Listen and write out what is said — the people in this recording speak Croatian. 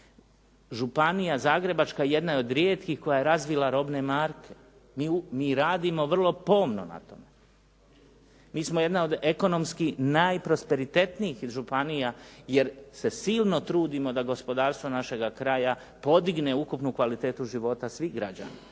Županija zagrebačka jedna je od rijetkih koja razvila robne marke. Mi radimo vrlo pomno na tome. Mi smo jedna od ekonomski najprosperitetnijih županija jer se silno trudimo da gospodarstvo našega kraja podigne ukupnu kvalitetu života svih građana